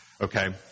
Okay